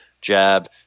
jab